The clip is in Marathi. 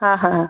हा हा हा